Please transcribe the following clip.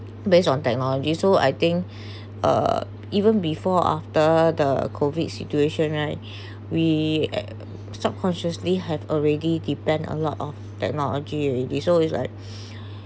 based on technology so I think uh even before after the COVID situation right we subconsciously have already depend a lot of technology already so it's like